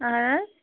اَہَن حظ